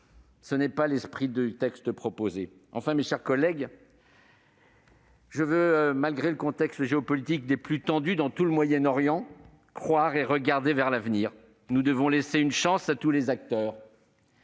ce n'est pas l'esprit du texte proposé. Enfin, mes chers collègues, malgré le contexte géopolitique pour le moins tendu dans tout le Moyen-Orient, je veux croire et regarder vers l'avenir. Nous devons laisser une chance à tous les acteurs